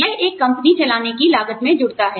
यह एक कंपनी चलाने की लागत में जुड़ता है